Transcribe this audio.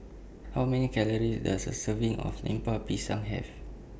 How Many Calories Does A Serving of Lemper Pisang Have